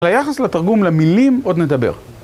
על היחס לתרגום, למילים, עוד נדבר.